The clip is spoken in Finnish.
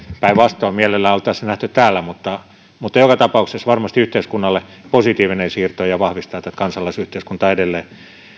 päinvastoin mielellään oltaisiin nähty hänet täällä mutta mutta joka tapauksessa se on varmasti yhteiskunnalle positiivinen siirto ja vahvistaa tätä kansalaisyhteiskuntaa edelleen